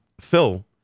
phil